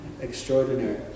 extraordinary